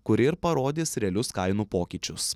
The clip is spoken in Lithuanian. kuri ir parodys realius kainų pokyčius